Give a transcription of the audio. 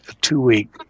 two-week